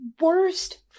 worst